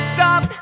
Stop